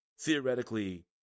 theoretically